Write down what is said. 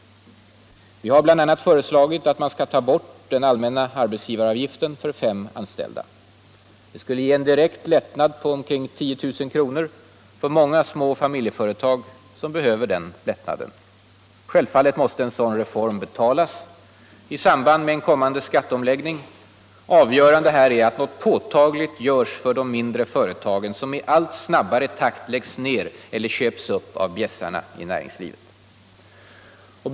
Folkpartiet har bl.a. föreslagit att man skall ta bort den allmänna arbetsgivaravgiften för fem anställda. Det skulle ge en direkt lättnad på ungefär 10 000 kr. för många små familjeföretag som behöver den lättnaden. Självfallet måste en sådan reform betalas i samband med en kommande skatteomläggning. Avgörande är att något påtagligt görs för de mindre företagen, som i allt snabbare takt läggs ned eller köps upp av bjässarna i näringslivet.